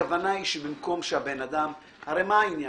קרן, הרי מה העניין?